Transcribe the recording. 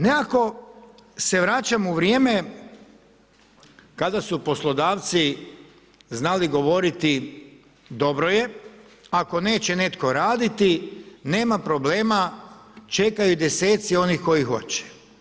Nekako se vraćam u vrijeme kada su poslodavci znali govoriti dobro je, ako neće netko raditi nema problema, čekaju deseci onih koji hoće.